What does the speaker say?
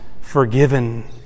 forgiven